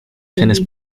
tennis